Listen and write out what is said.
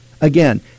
Again